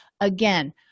Again